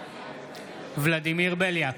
ולדימיר בליאק,